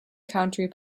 country